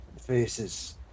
Faces